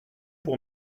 pour